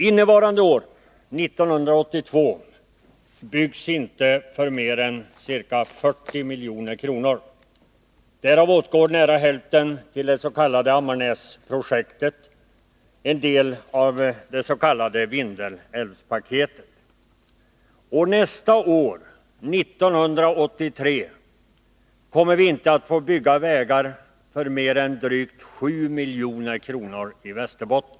Innevarande år, 1982, byggs inte för mer än ca 40 milj.kr. varav åtgår nära 36 hälften till det s.k. Ammarnäsprojektet, en del av det s.k. Vindelälvspa ketet. Nästa år, 1983, kommer vi inte att få bygga vägar för mer än drygt 7 milj.kr. i Västerbotten.